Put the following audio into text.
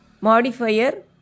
modifier